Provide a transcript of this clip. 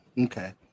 Okay